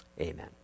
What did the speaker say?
Amen